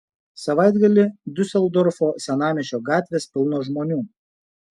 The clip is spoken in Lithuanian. savaitgalį diuseldorfo senamiesčio gatvės pilnos žmonių